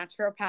naturopath